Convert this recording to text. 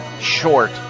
short